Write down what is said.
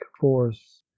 force